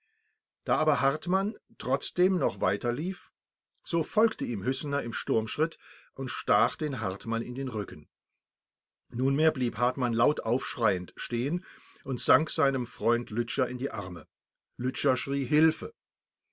da aber hartmann trotzdem noch weiter lief so folgte ihm hüssener im sturmschritt und stach den hartmann in den rücken nunmehr blieb hartmann laut aufschreiend stehen und sank seinem freund lütscher in die arme lütscher schrie hilfe